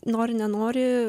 nori nenori